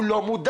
הוא לא מודע.